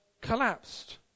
collapsed